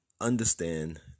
understand